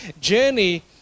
journey